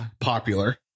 popular